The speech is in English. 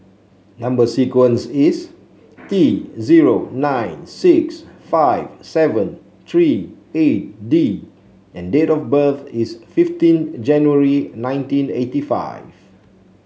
number sequence is T zero nine six five seven three eight D and date of birth is fifteen January nineteen eighty five